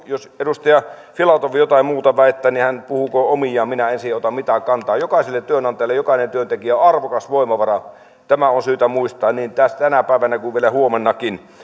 jos edustaja filatov jotain muuta väittää niin hän puhukoon omiaan minä en siihen ota mitään kantaa jokaiselle työnantajalle jokainen työntekijä on arvokas voimavara tämä on syytä muistaa niin tänä päivänä kuin vielä huomennakin